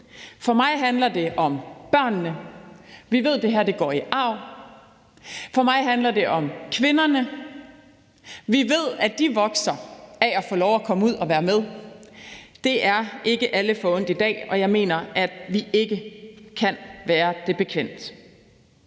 For mig handler det om børnene. Vi ved, det her går i arv. For mig handler det om kvinderne. Vi ved, at de vokser af at få lov at komme ud og være med. Det er ikke alle forundt i dag, og jeg mener, at vi ikke kan være det bekendt.